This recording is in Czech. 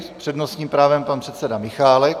S přednostním právem pan předseda Michálek.